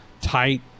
tight